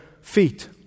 feet